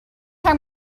time